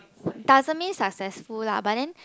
doesn't mean successfully lah but then